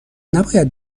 نباید